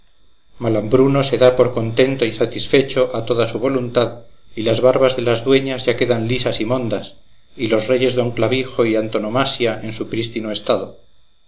malambruno se da por contento y satisfecho a toda su voluntad y las barbas de las dueñas ya quedan lisas y mondas y los reyes don clavijo y antonomasia en su prístino estado